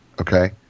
okay